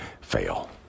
fail